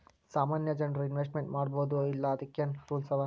ಸಾಮಾನ್ಯ ಜನ್ರು ಇನ್ವೆಸ್ಟ್ಮೆಂಟ್ ಮಾಡ್ಬೊದೋ ಇಲ್ಲಾ ಅದಕ್ಕೇನ್ ರೂಲ್ಸವ?